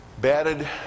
Batted